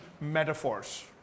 metaphors